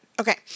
Okay